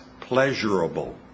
pleasurable